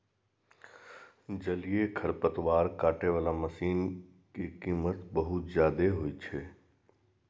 जलीय खरपतवार काटै बला मशीन के कीमत बहुत जादे होइ छै